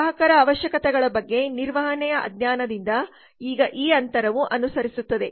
ಗ್ರಾಹಕರ ಅವಶ್ಯಕತೆಗಳ ಬಗ್ಗೆ ನಿರ್ವಹಣೆಯ ಅಜ್ಞಾನದಿಂದ ಈಗ ಈ ಅಂತರವು ಅನುಸರಿಸುತ್ತದೆ